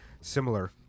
similar